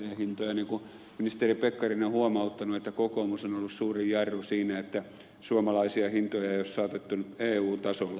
niin kuin ministeri pekkarinen on huomauttanut kokoomus on ollut suurin jarru siinä että suomalaisia hintoja ei ole saatettu eu tasolle